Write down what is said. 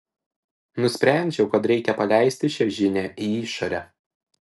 nusprendžiau kad reikia paleisti šią žinią į išorę